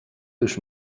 już